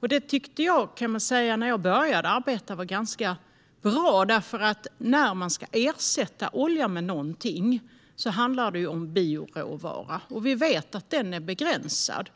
Det tyckte jag, när jag började arbeta, var ganska bra. När man ska ersätta olja med någonting handlar det nämligen om bioråvara, och vi vet att den är begränsad.